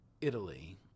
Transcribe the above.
Italy